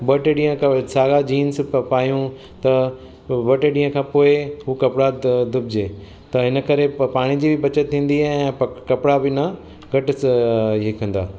ॿ टे ॾींह सारा जींस प पायूं त ॿ टे ॾींह खां पोइ हू कपिड़ा ध धुपिजे त हिन करे प पाणी जी बचतु थींदी ऐं पक कपिड़ा बि ना घटि इहे स कंदा